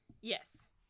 Yes